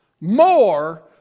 more